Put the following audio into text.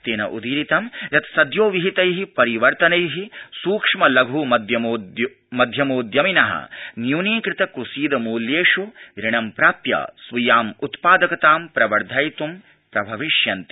तेनोदीरितंयत् सद्योविहिन परिवर्तन सूक्ष्म लघ् मध्यमोद्यमिन न्यूनीकृत कुसीद मूल्येष् ऋणं प्राप्त स्वीयाम् उत्पादकतां प्रवर्धयित् प्रभविष्यन्ति